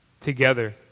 together